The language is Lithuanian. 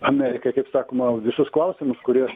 amerikai kaip sakoma visus klausimus kurie